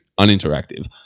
uninteractive